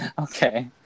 Okay